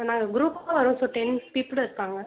நாங்கள் குரூப்பாக வர்றோம் ஸோ டென்ஸ் பீப்புள் இருப்பாங்க